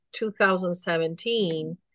2017